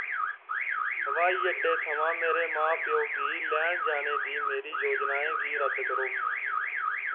हवाई अड्डे थमां मेरे मां प्यो गी लैन जाने दी मेरी योजनाएं गी रद्द करो